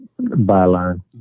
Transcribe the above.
Byline